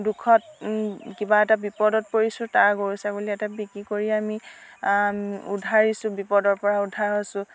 দুখত কিবা এটা বিপদত পৰিছোঁ তাৰ গৰু ছাগলী এটা বিক্ৰী কৰিয়ে আমি উধাৰিছোঁ বিপদৰ পৰা উদ্ধাৰ হৈছোঁ